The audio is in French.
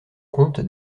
compte